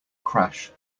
crash